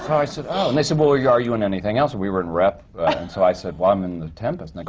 i said, oh, and they said, well, yeah are you in anything else? and we were in rep, and so i said, well, i'm in the tempest, like